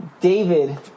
David